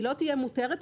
היא לא תהיה מותרת.